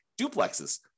duplexes